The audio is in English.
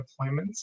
deployments